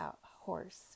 horse